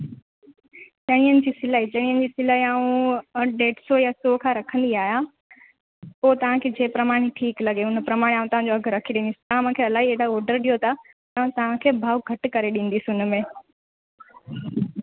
चणियनि जी सिलाई चणियनि जी सिलाई आऊं ॾेढु सौ या सौ खां रखंदी आहियां पोइ तव्हांखे जेतिरा मनु ठीकु लॻेव उन प्रमाण आऊं तव्हांजो अघु ॾिजे तव्हां मूंखे इलाही एॾा ऑडर ॾियो था त तव्हांखे भाव घटि करे ॾींदसि हुन में